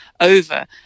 over